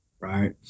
right